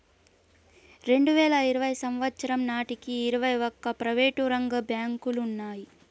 రెండువేల ఇరవై సంవచ్చరం నాటికి ఇరవై ఒక్క ప్రైవేటు రంగ బ్యాంకులు ఉన్నాయి